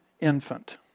infant